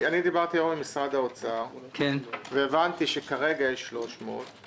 דיברתי היום עם אנשי משרד האוצר והבנתי שכרגע יש 300 מיליון שקל.